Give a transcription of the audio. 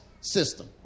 system